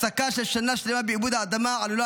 הפסקה של שנה שלמה בעיבוד האדמה עלולה